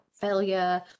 failure